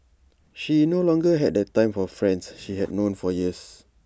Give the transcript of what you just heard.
she no longer had the time for friends she had known for years